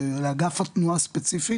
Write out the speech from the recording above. לאגף התנועה ספציפית